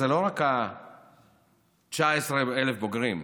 זה לא רק 19,000 בוגרים,